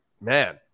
man